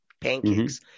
Pancakes